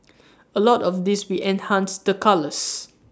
A lot of this we enhanced the colours